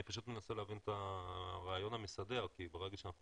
אני פשוט מנסה להבין את הרעיון המסדר כי ברגע שאנחנו